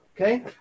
okay